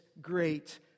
great